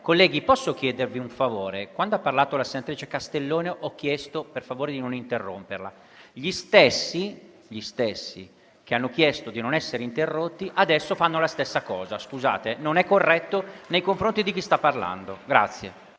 Colleghi, posso chiedervi un favore? Quando ha parlato la senatrice Castellone, ho chiesto per favore di non interromperla. Gli stessi che hanno chiesto di non essere interrotti, adesso fanno la stessa cosa: scusate, ma non è corretto nei confronti di chi sta parlando. ROMEO